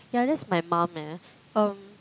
yeah that's my mom eh um